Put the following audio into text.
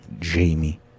Jamie